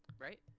Right